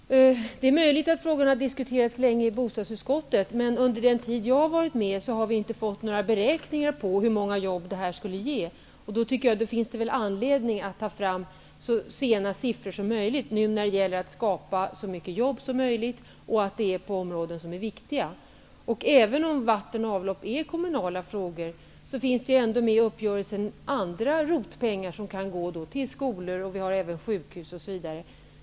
Herr talman! Det är möjligt att frågan har diskuterats länge i bostadsutskottet, men under den tid jag har varit med har vi inte fått några beräkningar av hur många jobb det skulle ge. Det finns därför anledning att ta fram aktuella siffror, när det nu gäller att skapa så många jobb som möjligt på områden som är viktiga. Även om vatten och avlopp är en kommunal fråga, finns det i uppgörelsen ROT-pengar som kan gå till skolor, sjukhus osv.